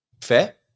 Fair